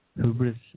Hubris